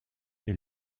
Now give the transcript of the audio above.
est